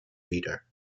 leader